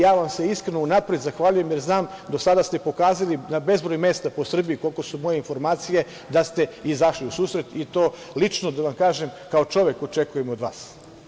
Ja vam se iskreno unapred zahvaljujem, jer znam, do sada ste pokazali na bezbroj mesta po Srbiji, koliko su moje informacije, da ste izašli u susret i to, lično da vam kažem, kao čovek očekujem od vas.